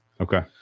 okay